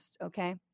okay